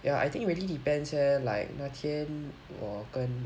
ya I think it really depends leh like 那天我跟